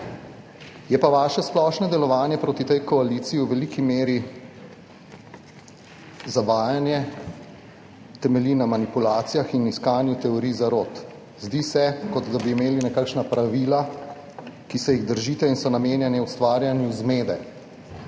Je pa vaše splošno delovanje proti tej koaliciji v veliki meri zavajanje, temelji na manipulacijah in iskanju teorij zarot. Zdi se, kot da bi imeli nekakšna pravila, ki se jih držite in so namenjena ustvarjanju zmede,